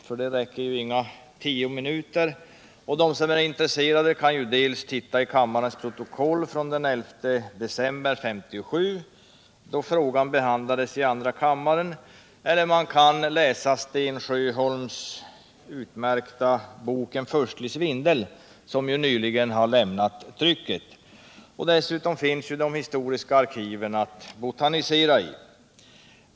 För det räcker inga tio minuter, och de som är intresserade kan titta i riksdagens protokoll från den 11 december 1957, då frågan behandlades i andra kammaren, eller läsa Sten Sjöbergs bok En furstlig svindel, som nyligen har lämnat trycket. Dessutom finns ju de historiska arkiven att botanisera i.